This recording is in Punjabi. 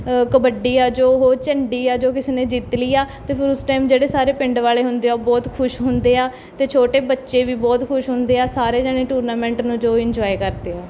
ਕਬੱਡੀ ਆ ਜੋ ਉਹ ਝੰਡੀ ਆ ਜੋ ਕਿਸੇ ਨੇ ਜਿੱਤ ਲਈ ਆ ਅਤੇ ਫਿਰ ਉਸ ਟਾਈਮ ਜਿਹੜੇ ਸਾਰੇ ਪਿੰਡ ਵਾਲੇ ਹੁੰਦੇ ਆ ਉਹ ਬਹੁਤ ਖੁਸ਼ ਹੁੰਦੇ ਆ ਅਤੇ ਛੋਟੇ ਬੱਚੇ ਵੀ ਬਹੁਤ ਖੁਸ਼ ਹੁੰਦੇ ਆ ਸਾਰੇ ਜਣੇ ਟੂਰਨਾਮੈਂਟ ਨੂੰ ਜੋ ਇੰਨਜੋਏ ਕਰਦੇ ਆ